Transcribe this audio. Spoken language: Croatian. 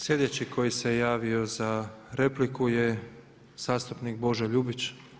Slijedeći koji se javio za repliku je zastupnik Božo Ljubić.